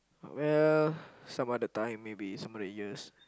well some other time maybe some other years